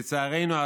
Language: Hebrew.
לצערנו,